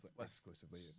exclusively